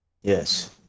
Yes